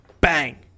Bang